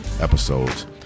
episodes